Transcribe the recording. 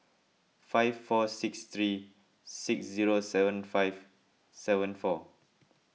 five four six three six zero seven five seven four